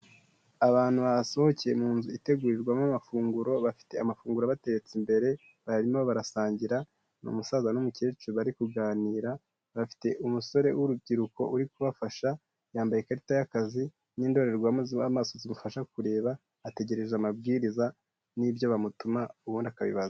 Abantu basohokeye mu nzu itegurirwamo amafunguro bafite amafunguro batetse imbere, barimo barasangira, ni umusaza n'umukecuru bari kuganira, bafite umusore w'urubyiruko uri kubafasha yambaye ikarita y'akazi n'indorerwamo z'amaso zimufasha kureba, ategereje amabwiriza nibyo bamutuma ubundi akabibazanira.